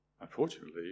unfortunately